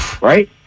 right